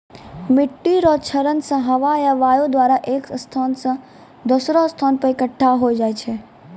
मिट्टी रो क्षरण मे हवा या वायु द्वारा एक स्थान से दोसरो स्थान पर इकट्ठा होय जाय छै